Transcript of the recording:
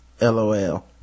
LOL